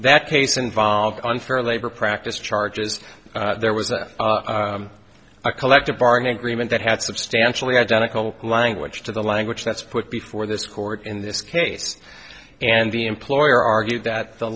that case involved unfair labor practice charges there was a collective bargaining agreement that had substantially identical language to the language that's put before this court in this case and the employer argued that the